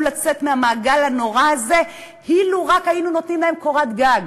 לצאת מהמעגל הנורא הזה אילו רק היינו נותנים להם קורת גג,